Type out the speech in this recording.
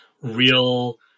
real